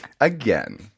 Again